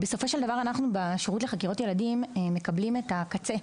בסופו של דבר אנחנו בשירות לחקירות ילדים מקבלים את הקצה,